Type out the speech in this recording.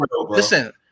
listen